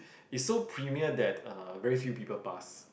is so premier that uh very few people pass